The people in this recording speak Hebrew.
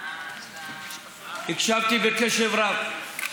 הקשבתי בקשב רב.